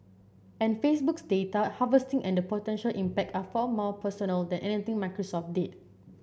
and Facebook's data harvesting and potential impact are far more personal than anything Microsoft did